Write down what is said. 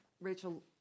Rachel